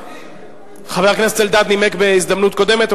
חבר הכנסת אלדד נימק בהזדמנות קודמת.